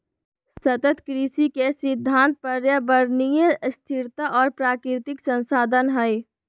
सतत कृषि के सिद्धांत पर्यावरणीय स्थिरता और प्राकृतिक संसाधन हइ